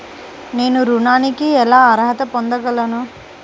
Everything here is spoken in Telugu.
నేను ఋణానికి ఎలా అర్హత పొందగలను?